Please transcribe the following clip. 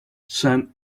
sent